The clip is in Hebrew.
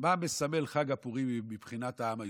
מה מסמל חג הפורים מבחינת העם היהודי?